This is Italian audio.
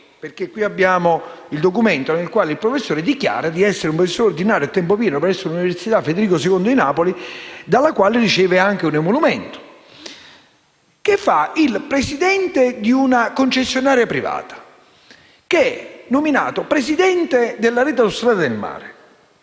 perché abbiamo il documento nel quale egli dichiara di essere un professore ordinario, a tempo pieno, presso l'Università Federico II, di Napoli, dalla quale riceve anche un emolumento - che fa il presidente di una concessionaria privata, che è nominato presidente delle Rete autostrade del mare